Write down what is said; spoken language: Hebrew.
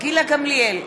גילה גמליאל,